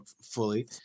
fully